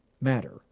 matter